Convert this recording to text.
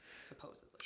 supposedly